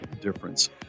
difference